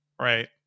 right